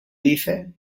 dice